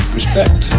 respect